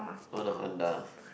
no the Honda